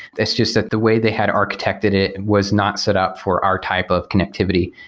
it's just that the way they had architected it was not set up for our type of connectivity.